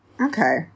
Okay